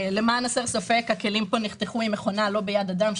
הכלים פה נחתכו במכונה ולא ביד אדם,